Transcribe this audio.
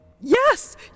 Yes